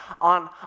on